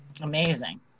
Amazing